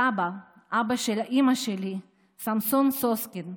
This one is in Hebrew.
סבא, אבא של אימא שלי, סמסון סוסקין,